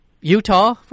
Utah